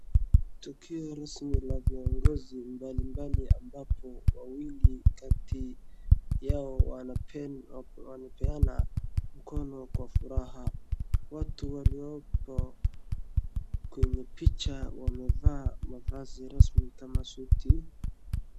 Tukio rasmi la viongozi mbalimbali ambapo wawili kati yao wanapeana mkono kwa furaha. Watu waliopo kwenye picha wamevaa mavazi rasmi kama suti.